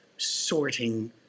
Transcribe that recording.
sorting